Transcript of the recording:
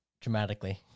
dramatically